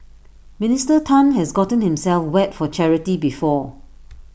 Minister Tan has gotten himself wet for charity before